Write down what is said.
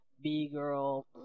B-Girl